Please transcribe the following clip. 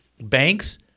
banks